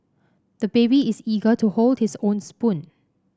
the baby is eager to hold his own spoon